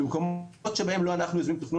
במקומות שבהם לא אנחנו יוזמים תכנון,